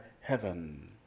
heaven